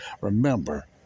Remember